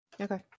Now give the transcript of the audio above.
Okay